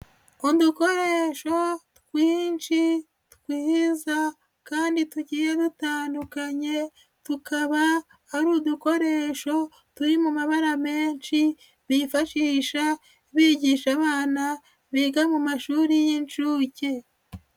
Udukoresho twinshi twiza kandi tugiye dutandukanye, tukaba ari udukoresho turi mu mabara menshi bifashisha bigisha abana biga mu mashuri y'inshuke.